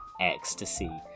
Ecstasy